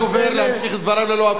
נא לתת לדובר להמשיך את דבריו ללא הפרעה.